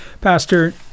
Pastor